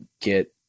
get